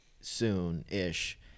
soon-ish